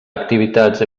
activitats